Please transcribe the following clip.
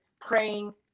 praying